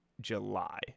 July